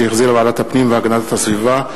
שהחזירה ועדת הפנים והגנת הסביבה.